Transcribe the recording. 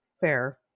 fair